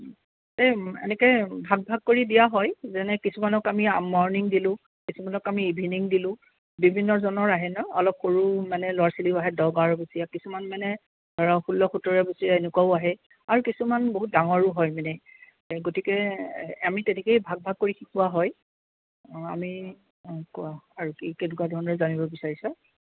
এই এনেকৈ ভাগ ভাগ কৰি দিয়া হয় যেনে কিছুমানক আমি মৰ্ণিং দিলোঁ কিছুমানক আমি ইভিনিং দিলোঁ বিভিন্ন ধৰণৰ আহে ন' অলপ সৰু মানে ল'ৰা ছোৱালীও আহে দহ বাৰ বছৰীয়া কিছুমান মানে ধৰক ষোল্ল সোতৰ বছৰীয়া এনেকুৱাও আহে আৰু কিছুমান বহুত ডাঙৰো হয় মানে গতিকে আমি তেনেকেই ভাগ ভাগ কৰি শিকোৱা হয় আমি অঁ আৰু কি কেনেকুৱা ধৰণৰ জানিব বিচাৰিছা